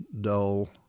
dull